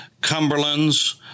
Cumberlands